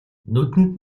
нүдэнд